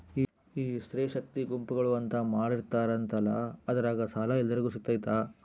ಈ ಸ್ತ್ರೇ ಶಕ್ತಿ ಗುಂಪುಗಳು ಅಂತ ಮಾಡಿರ್ತಾರಂತಲ ಅದ್ರಾಗ ಸಾಲ ಎಲ್ಲರಿಗೂ ಸಿಗತೈತಾ?